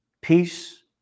Peace